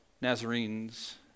Nazarenes